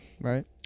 right